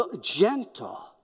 gentle